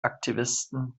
aktivisten